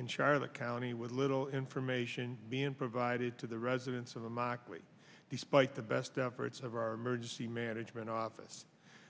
and charlotte county with little information being provided to the residents of the mockery despite the best efforts of our emergency management office